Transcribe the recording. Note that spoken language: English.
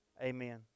amen